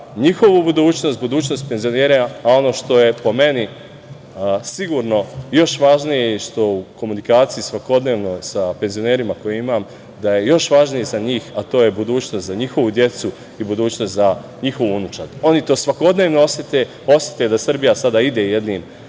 njihovu budućnost, budućnost penzionera. Ono što je po meni sigurno još važnije i što u komunikaciji svakodnevnoj sa penzionerima koju imam, da je još važnije za njih, a to je budućnost za njihovu decu i budućnost za njihovu unučad. Oni to svakodnevno osete, osete da Srbija sada ide jednom